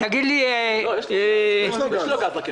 יש לו גז, אבל יקר.